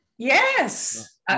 Yes